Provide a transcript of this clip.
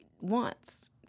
wants